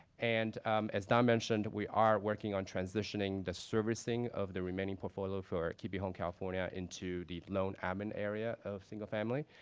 and as don mentioned, we are working on transitioning the servicing of the remaining portfolio for keep your home california into the loan admin area of single family.